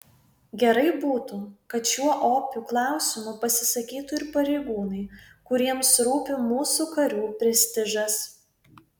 gerai būtų kad šiuo opiu klausimu pasisakytų ir pareigūnai kuriems rūpi mūsų karių prestižas